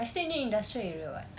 I stay near industrial area [what]